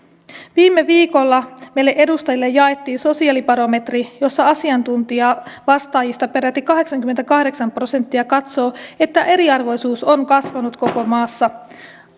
viime viikolla meille edustajille jaettiin sosiaalibarometri jossa asiantuntijavastaajista peräti kahdeksankymmentäkahdeksan prosenttia katsoo että eriarvoisuus on kasvanut koko maassa